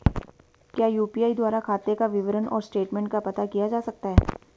क्या यु.पी.आई द्वारा खाते का विवरण और स्टेटमेंट का पता किया जा सकता है?